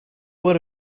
would